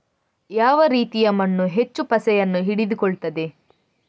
ಯಾವ ರೀತಿಯ ಮಣ್ಣು ಹೆಚ್ಚು ಪಸೆಯನ್ನು ಹಿಡಿದುಕೊಳ್ತದೆ?